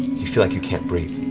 you feel like you can't breathe.